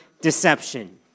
deception